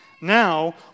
Now